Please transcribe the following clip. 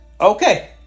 okay